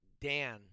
Dan